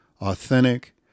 authentic